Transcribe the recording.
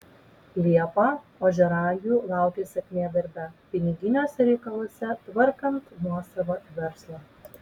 liepą ožiaragių laukia sėkmė darbe piniginiuose reikaluose tvarkant nuosavą verslą